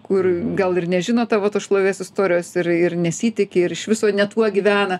kur gal ir nežino tavo tos šlovės istorijos ir ir nesitiki ir iš viso ne tuo gyvena